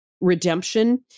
redemption